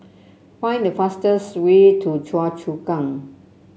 find the fastest way to Choa Chu Kang